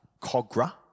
Cogra